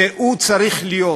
שצריך להיות